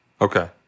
Okay